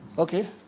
Okay